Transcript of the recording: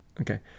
Okay